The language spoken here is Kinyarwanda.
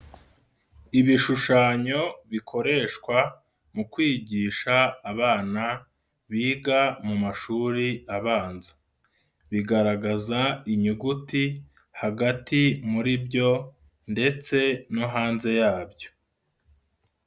Ibishushanyo bikoreshwa mu kwigisha abana biga mu mashuri abanza. Bigaragaza inyuguti hagati muri byo ndetse no hanze yabyo.